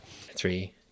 Three